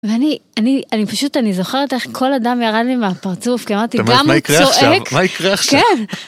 ואני, אני אני פשוט, אני זוכרת איך כל הדם ירד לי מהפרצוף, כי אמרתי, גם הוא צועק. מה יקרה עכשיו?